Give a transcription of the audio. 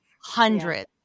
hundreds